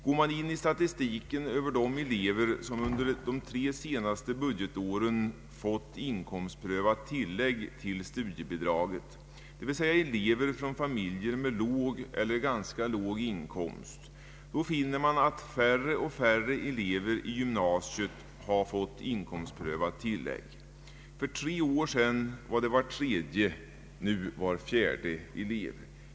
Går man in i statistiken över de elever som under de tre senaste budgetåren erhållit inkomstprövat tillägg till studiebidraget, d. v. s. elever från familjer med låg eller ganska låg inkomst, finner man att färre och färre elever i gymnasiet har fått detta tillägg. För tre år sedan var det var tredje men nu var fjärde elev.